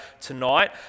tonight